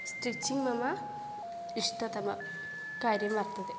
stitching मम इष्टतमं कार्यं वर्तते